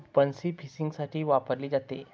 बन्सी फिशिंगसाठी वापरली जाते